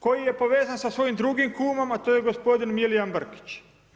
Koji je povezan sa svojim drugim kumom, a to je gospodin Milijan Brkić.